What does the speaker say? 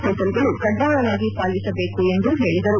ಹೋಟೆಲ್ಗಳು ಕಡ್ಡಾಯವಾಗಿ ಪಾಲಿಸಬೇಕು ಎಂದು ಹೇಳಿದರು